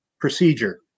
procedure